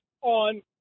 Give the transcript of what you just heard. on